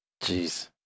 Jeez